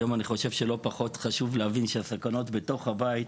היום אני חושב שלא פחות חשוב להבין שהסכנות בתוך הבית,